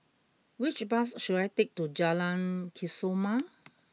which bus should I take to Jalan Kesoma